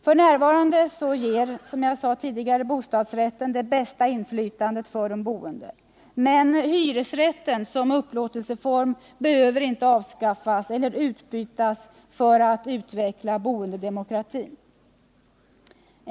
F.n. ger, som jag sade tidigare, bostadsrätten det bästa inflytandet för de boende. Men hyresrätten som upplåtelseform behöver inte avskaffas eller utbytas för att utveckla boendedemokratin.